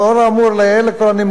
כל הנימוקים אשר אמרתי,